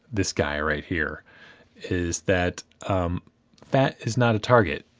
this guy right here is that fat is not a target.